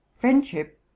Friendship